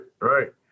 Right